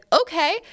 okay